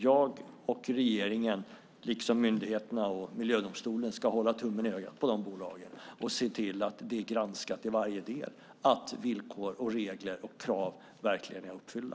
Jag och regeringen, liksom myndigheterna och Miljödomstolen, ska hålla tummen i ögat på de bolagen och se till att det i varje del granskas att villkor, regler och krav verkligen är uppfyllda.